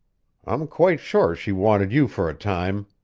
i'm quite sure she wanted you for a time.